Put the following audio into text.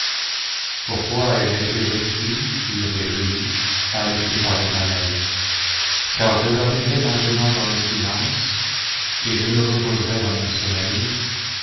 pourquoi ai-je été reçu sur des genoux allaité par des mamelles car je dormirais maintenant dans le silence et je me reposerais dans mon sommeil